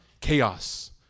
chaos